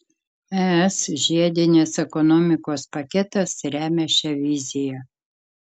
es žiedinės ekonomikos paketas remia šią viziją